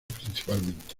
principalmente